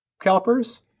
calipers